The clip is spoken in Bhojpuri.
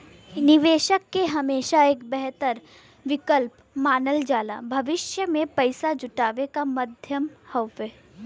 निवेश के हमेशा एक बेहतर विकल्प मानल जाला भविष्य में पैसा जुटावे क माध्यम हउवे